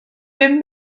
bum